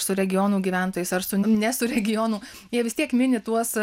su regionų gyventojais ar sun ne su regionų jie vis tiek mini tuos